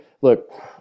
Look